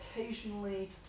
occasionally